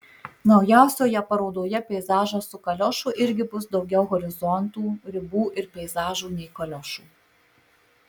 naujausioje parodoje peizažas su kaliošu irgi bus daugiau horizontų ribų ir peizažų nei kaliošų